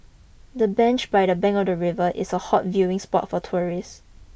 the bench by the bank of the river is a hot viewing spot for tourist